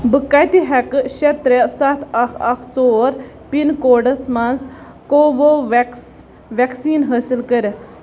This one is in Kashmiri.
بہٕ کَتہِ ہیٚکہٕ شےٚ ترٛےٚ سَتھ اَکھ اَکھ ژور پِن کوڈس مَنٛز کوووویٚکٕس ویکسیٖن حٲصِل کٔرِتھ